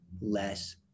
less